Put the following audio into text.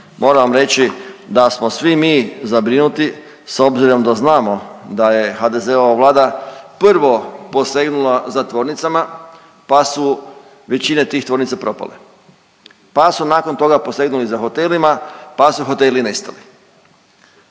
vam reći da smo svi mi zabrinuti s obzirom da znamo da je HDZ-ova Vlada prvo posegnula za tvornicama, pa su većina tih tvornica propale, pa su nakon toga posegnuli za hotelima, pa su hoteli nestali,